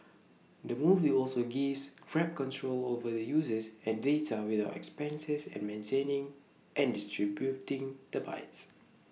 the move also gives grab control over the users and data without the expenses of maintaining and distributing the bikes